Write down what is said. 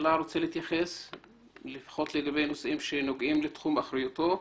הממשלה רוצה להתייחס לפחות לגבי הנושאים שנוגעים לתחום אחריותו?